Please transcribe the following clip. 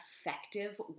effective